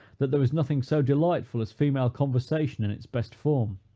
that there is nothing so delightful as female conversation, in its best form!